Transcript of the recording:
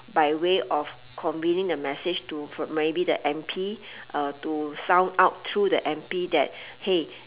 by way of conveying the message to from the maybe the M_P uh to sound out through the M_P that hey